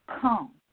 Come